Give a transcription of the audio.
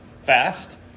fast